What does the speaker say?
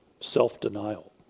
Self-denial